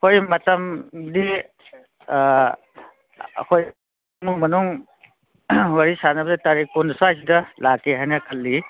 ꯍꯣꯏ ꯃꯇꯝꯗꯤ ꯑꯩꯈꯣꯏ ꯏꯃꯨꯡ ꯃꯅꯨꯡ ꯋꯥꯔꯤ ꯁꯥꯟꯅꯈ꯭ꯔꯦ ꯇꯔꯤꯛ ꯀꯨꯟ ꯑꯁ꯭ꯋꯥꯏꯁꯤꯗ ꯂꯥꯛꯀꯦ ꯍꯥꯏꯅ ꯈꯜꯂꯤ